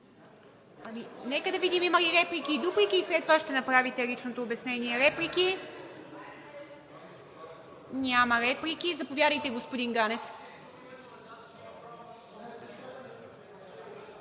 Нека да видим има ли реплики и дуплики и след това ще направите личното обяснение. Реплики? Няма. Заповядайте, господин Ганев.